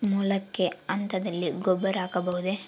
ಮೊಳಕೆ ಹಂತದಲ್ಲಿ ಗೊಬ್ಬರ ಹಾಕಬಹುದೇ?